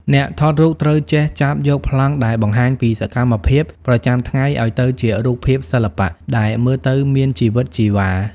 អ្នកថតរូបត្រូវចេះចាប់យកប្លង់ដែលបង្ហាញពីសកម្មភាពប្រចាំថ្ងៃឱ្យទៅជារូបភាពសិល្បៈដែលមើលទៅមានជីវិតជីវ៉ា។